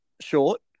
short